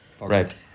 Right